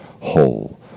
whole